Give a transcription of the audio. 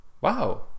Wow